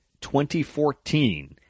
2014